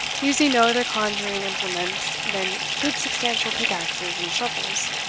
using no other conjuring implements than good substantial pick-axes and shovels,